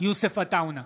יוסף עטאונה,